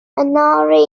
anorak